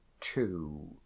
two